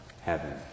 heaven